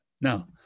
Now